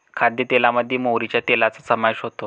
खाद्यतेलामध्ये मोहरीच्या तेलाचा समावेश होतो